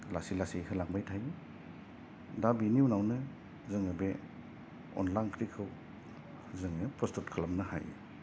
लासै लासै होलांबाय थायो दा बेनि उनावनो जोङो बे अनला ओंख्रिखौ जोङो प्रसथुत खालामनो हायो